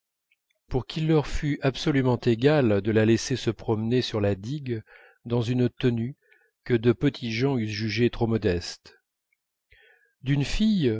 pour qu'il leur fût absolument égal de la laisser se promener sur la digue dans une tenue que de petites gens eussent jugée trop modeste d'une fille